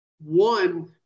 one